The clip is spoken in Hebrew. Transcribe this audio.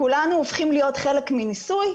כולנו הופכים להיות חלק מניסוי,